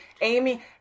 Amy